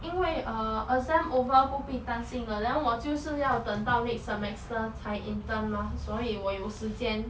因为 err exam over 不必担心了 then 我就是要等到 next semester 才 intern 吗所以我有时间